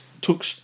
took